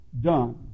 done